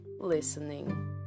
listening